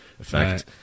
effect